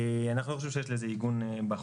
אנחנו לא חושבים שיש לזה עיגון בחוק.